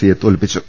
സിയെ തോൽപ്പിച്ചു